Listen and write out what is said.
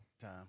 time